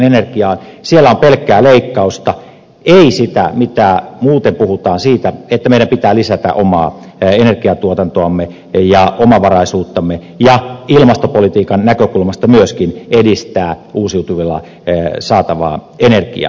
siellä on pelkkää leikkausta ei sitä mitä muuten puhutaan siitä että meidän pitää lisätä omaa energiantuotantoamme ja omavaraisuuttamme ja ilmastopolitiikan näkökulmasta myöskin edistää uusiutuvilla saatavaa energiaa